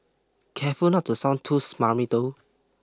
careful not to sound too smarmy though